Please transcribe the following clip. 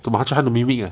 怎么他差点没命啊